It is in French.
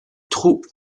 trou